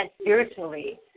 spiritually